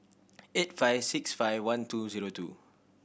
eight five six five one two zero two